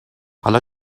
حالا